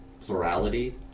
plurality